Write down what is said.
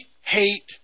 hate